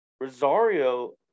Rosario –